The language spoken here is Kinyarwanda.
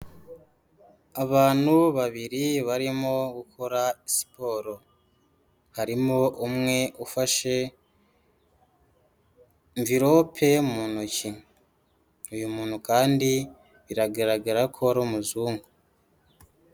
Abantu babiri barimo gukora siporo, harimo umwe ufashe mvirope mu ntoki, uyu muntu kandi biragaragara ko ari umuzungu.